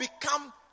become